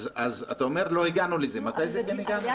אתה אומר שלא הגענו לזה, מתי זה עלה?